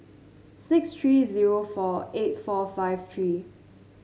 six three zero four eight four five three